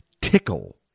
tickle